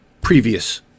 previous